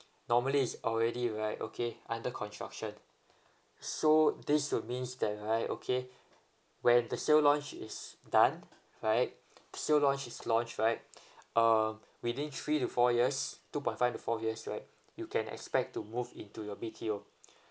normally is already right okay under construction so this would means that right okay when the sale launch is done right sale launch is launched right um within three to four years two point five to four years right you can expect to move into your B_T_O